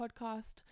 podcast